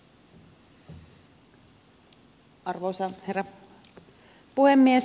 arvoisa herra puhemies